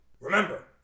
Remember